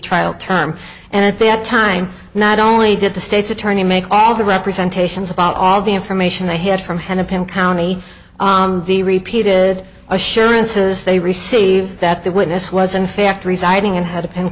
trial term and at that time not only did the state's attorney make all the representation is about all the information they had from hennepin county the repeated assurances they received that the witness was in fact residing and had a pen